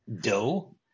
dough